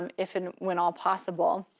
if and when all possible.